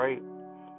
right